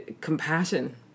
compassion